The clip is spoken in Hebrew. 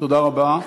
תודה רבה.